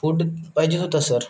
food पाहिजे होतं sir